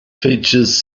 features